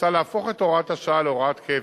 מוצע להפוך את הוראת השעה להוראת קבע.